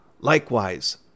Likewise